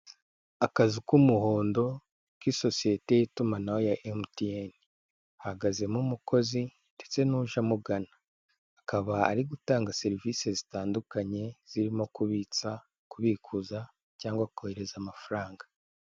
Akazu k'umuhondo k'isosiyete y'itumanaho ya MTN, hahagazemo umukozi ndetse n'uje amugana. Akaba ari gutanga serivise zitandukanye, zirimo kubitsa, kubikuza cyangwa kohereza amafaranga.